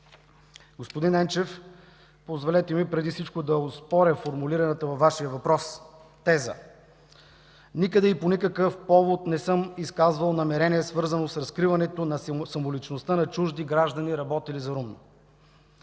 Господин Енчев, позволете ми преди всичко да оспоря формулираната във Вашия въпрос теза. Никъде и по никакъв повод не съм изказвал намерение, свързано с разкриването на самоличността на чужди граждани, работели за РУМО.